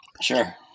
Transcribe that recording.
Sure